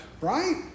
right